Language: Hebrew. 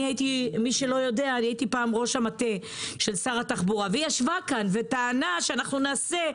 אני הייתי פעם ראש המטה של שר התחבורה - וטענה שהם יעשו,